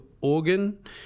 Organ